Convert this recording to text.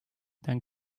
then